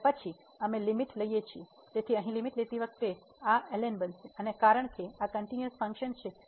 અને પછી અમે લીમીટ લઈએ છીએ તેથી અહીં લીમીટ લેતી વખતે આ ln⁡બનશે અને કારણ કે આ કંટીન્યૂયસ ફંક્શન છે